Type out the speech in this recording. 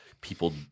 people